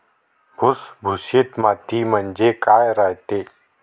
भुसभुशीत माती म्हणजे काय रायते?